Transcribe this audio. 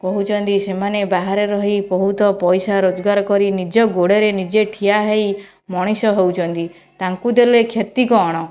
କହୁଛନ୍ତି ସେମାନେ ବାହାରେ ରହି ବହୁତ ପଇସା ରୋଜଗାର କରି ନିଜ ଗୋଡ଼ରେ ନିଜେ ଠିଆ ହେଇ ମଣିଷ ହେଉଛନ୍ତି ତାଙ୍କୁ ଦେଲେ କ୍ଷତି କ'ଣ